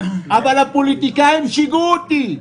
אבל הפוליטיקאים שיגעו אותי,